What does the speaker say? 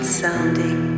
sounding